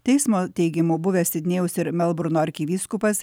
teismo teigimu buvęs sidnėjaus ir melburno arkivyskupas